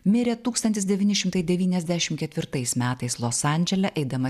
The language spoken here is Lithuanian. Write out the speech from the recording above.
mirė tūkstantis devyni šimtai devyniasdešim ketvirtais metais los andžele eidama